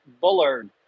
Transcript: Bullard